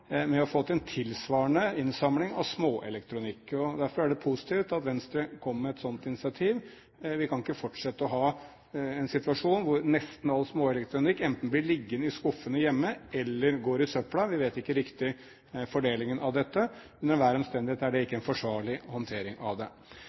med å få til en tilsvarende innsamling av småelektronikk. Derfor er det positivt at Venstre kommer med et slikt initiativ. Vi kan ikke fortsette med å ha en situasjon hvor nesten all småelektronikk enten blir liggende i skuffene hjemme eller går i søpla. Vi vet ikke riktig fordelingen av dette, men under enhver omstendighet er det